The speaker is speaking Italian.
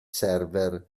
server